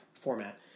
format